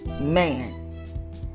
man